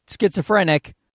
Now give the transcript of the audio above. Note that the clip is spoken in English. schizophrenic